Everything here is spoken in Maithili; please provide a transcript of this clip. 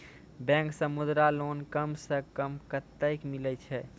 बैंक से मुद्रा लोन कम सऽ कम कतैय मिलैय छै?